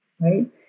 Right